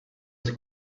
els